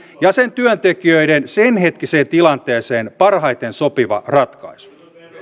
ja sen työntekijöiden sen hetkiseen tilanteeseen parhaiten sopiva ratkaisu